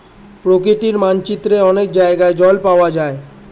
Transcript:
প্রকৃতির মানচিত্রে অনেক জায়গায় জল পাওয়া যায়